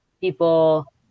people